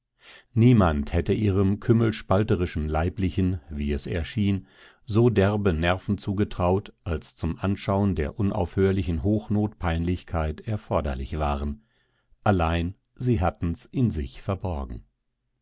niemand hätte ihrem kümmelspalterischen leiblichen wie es erschien so derbe nerven zugetraut als zum anschaun der unaufhörlichen hochnotpeinlichkeit erforderlich waren allein sie hatten's in sich verborgen